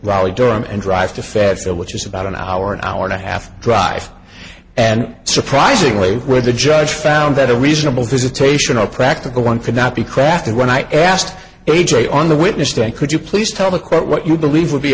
raleigh durham and drive to fayetteville which is about an hour an hour and a half drive and surprisingly where the judge found that a reasonable visitation or practical one could not be crafted when i asked a j on the witness stand could you please tell the court what you believe would be